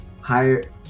higher